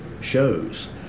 shows